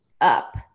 up